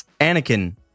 Anakin